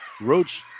Roach